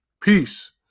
peace